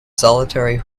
solitary